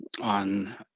on